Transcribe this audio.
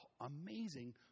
amazing